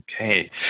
Okay